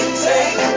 take